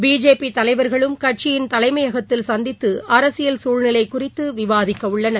BJP தலைவர்களும் கட்சியின் தலைமையகத்தில் சந்தித்து அரசியல் சூழ்நிலை குறித்து விவாதிக்கவுள்ளனர்